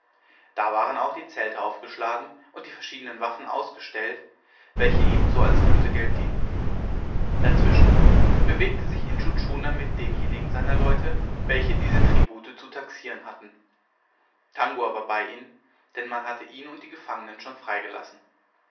da waren auch die zelte aufgeschlagen und die verschiedenen waffen ausgestellt welche ebenso als lösegeld dienten dazwischen bewegte sich intschu tschuna mit denjenigen seiner leute welche diese tribute zu taxieren hatten tangua war bei ihnen denn man hatte ihn und die gefangenen schon freigelassen